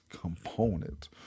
component